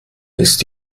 ist